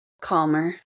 calmer